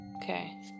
Okay